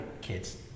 kids